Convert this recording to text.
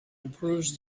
improves